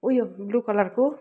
उयो ब्लु कलरको